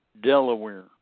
Delaware